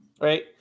right